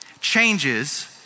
changes